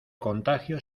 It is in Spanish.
contagio